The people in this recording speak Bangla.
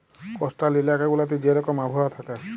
কস্টাল ইলাকা গুলাতে যে রকম আবহাওয়া থ্যাকে